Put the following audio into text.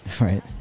Right